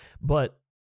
But-